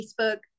Facebook